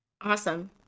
Awesome